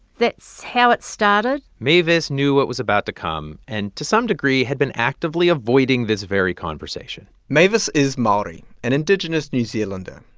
that's how it started mavis knew what was about to come and to some degree had been actively avoiding this very conversation mavis is maori, an indigenous new zealander.